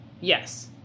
Yes